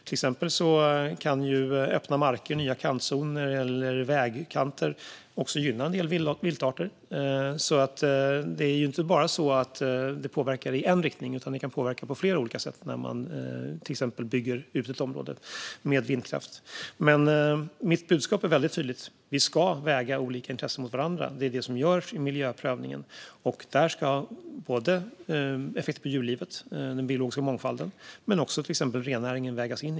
Till exempel kan öppna marker, nya kantzoner eller vägkanter också gynna en del viltarter. Det är inte bara så att det påverkar i en riktning. Det kan påverka på flera olika sätt när man till exempel bygger ut ett område med vindkraft. Mitt budskap är väldigt tydligt. Vi ska väga olika intressen mot varandra. Det är vad som görs i miljöprövningen. I det arbetet ska det vägas in effekter på djurlivet och den biologiska mångfalden men också till exempel rennäringen.